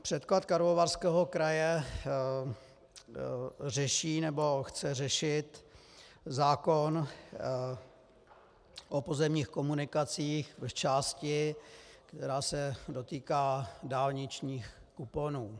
Předklad Karlovarského kraje řeší, nebo chce řešit zákon o pozemních komunikacích v části, která se dotýká dálničních kuponů.